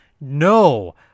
no